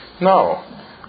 No